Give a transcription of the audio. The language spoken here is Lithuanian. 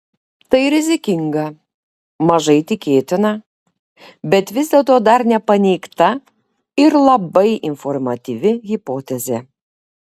tai rizikinga mažai tikėtina bet vis dėlto dar nepaneigta ir labai informatyvi hipotezė